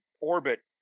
orbit